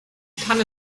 tanne